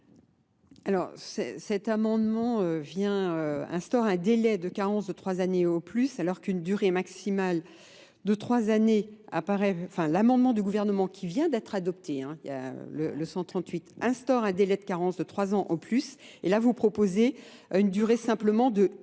Alors cet amendement vient instaurer un délai de 4 ans de 3 années au plus alors qu'une durée maximale de 3 années apparaît enfin l'amendement du gouvernement qui vient d'être adopté il y a le 138 instaure un délai de 4 ans de 3 ans au plus et là vous proposez une durée simplement de 1